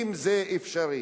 אם זה אפשרי.